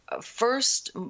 first